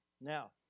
Now